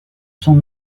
sont